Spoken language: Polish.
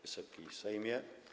Wysoki Sejmie!